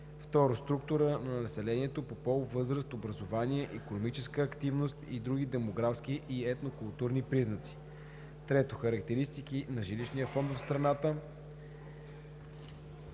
- структура на населението по пол, възраст, образование, икономическа активност и други демографски и етнокултурни признаци; - характеристики на жилищния фонд в страната.